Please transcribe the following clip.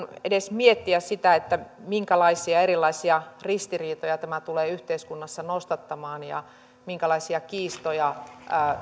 edes miettiä sitä minkälaisia erilaisia ristiriitoja tämä tulee yhteiskunnassa nostattamaan ja minkälaisia kiistoja